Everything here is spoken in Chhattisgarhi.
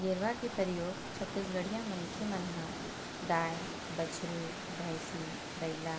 गेरवा के परियोग छत्तीसगढ़िया मनखे मन ह गाय, बछरू, भंइसी, बइला,